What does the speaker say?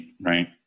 right